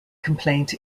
complaint